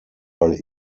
while